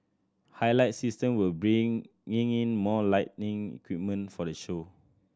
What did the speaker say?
highlight System will bringing in in more lighting equipment for the show